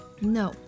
No